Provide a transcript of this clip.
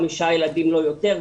חמישה ילדים לא יותר.